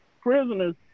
prisoners